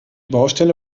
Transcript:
baustelle